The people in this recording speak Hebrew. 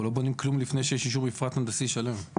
אנחנו לא בונים כלום לפני שיש אישור מפרט הנדסי שלם.